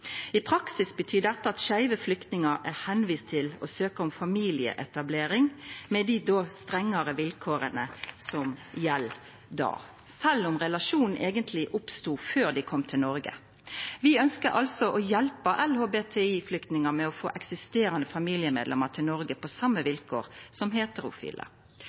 at «skeive» flyktningar må søkja om familieetablering med dei strengare vilkåra som gjeld då, sjølv om relasjonen eigentleg oppsto før dei kom til Noreg. Vi ynskjer altså å hjelpe LHBTI-flyktningar med å få eksisterande familiemedlem til Noreg på same vilkår som heterofile.